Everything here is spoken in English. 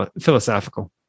philosophical